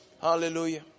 hallelujah